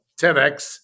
TEDx